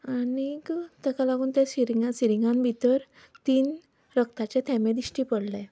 आनीक ताका लागून ते सिरिंगा सिरिगांत भितर तीन रग्ताचे थेंबे दिश्टी पडले